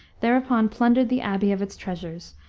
thereupon plundered the abbey of its treasures,